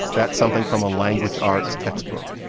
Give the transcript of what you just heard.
that's something from a language arts textbook.